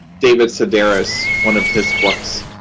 david sedaris, one of his books,